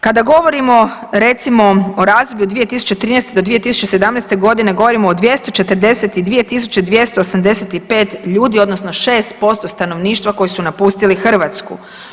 Kada govorimo recimo razdoblju 2013. do 2017. godine govorimo o 242.285 ljudi odnosno 6% stanovništva koji su napustili Hrvatsku.